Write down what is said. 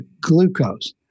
glucose